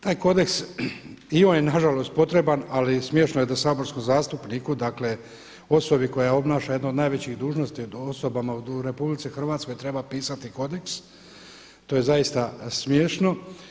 Taj kodeks i on je nažalost potreban, ali smiješno je da saborskom zastupniku, osobi koja obnaša jednu od najvećih dužnosti osobama u RH treba pisati kodeks, to je zaista smiješno.